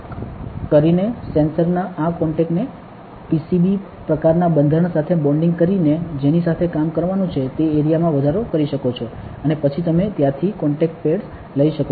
તેથી તમે wire bonding નામની તકનીકનો ઉપયોગ કરીને સેન્સરના આ કોન્ટેક્ટને PCB પ્રકારના બંધારણ સાથે બોન્ડિંગ કરીને જેની સાથે કામ કરવાનું છે તે એરિયામાં વધારો કરી શકો છો અને પછી તમે ત્યાંથી કોન્ટેક્ટ પેડ્સ લઈ શકો છો